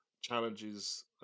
challenges